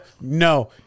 No